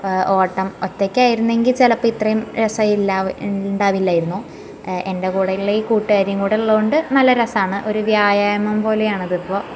ഓട്ടം ഒറ്റയ്ക്കായിരുന്നെങ്കിൽ ചിലപ്പോൾ ഇത്രേം രസം ഇല്ലാ ഉണ്ടാവില്ലായിരുന്നു എൻ്റെ കൂടെയുള്ള ഈ കൂട്ടുകാരിം കൂടെ ഉള്ളോണ്ട് നല്ല രസമാണ് ഒരു വ്യായാമം പോലെ ആണ് അത് ഇപ്പോൾ